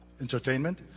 entertainment